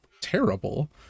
terrible